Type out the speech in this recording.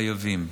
חייבים,